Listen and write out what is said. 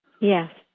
Yes